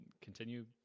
continue